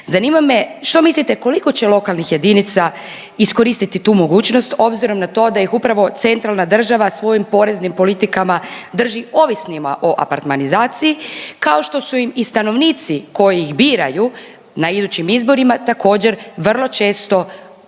Zanima me što mislite koliko će lokalnih jedinica iskoristiti tu mogućnost, obzirom na to da ih upravo centralna država svojim poreznim politikama drži ovisnima o apartmanizaciji kao što su im stanovnici koji ih biraju na idućim izborima također vrlo često drugim